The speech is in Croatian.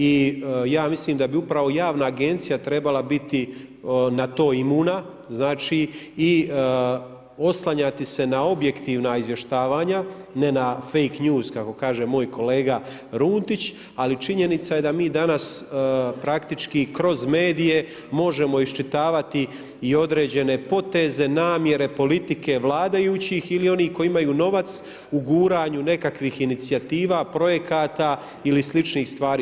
I ja mislim da bi upravo javna agencija trebala biti na to imuna i oslanjati se na objektivna izvještavanja ne na fake news kako kaže moj kolega Runtić, ali činjenica je da mi danas praktički kroz medije možemo iščitavati i određene poteze namjere politike vladajućih ili onih koji imaju novac u guranju nekakvih inicijativa, projekata ili sličnih stvari.